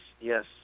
yes